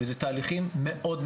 וזה תהליכים מאוד,